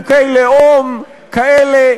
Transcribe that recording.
בחוקי לאום כאלה